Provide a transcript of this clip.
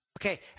Okay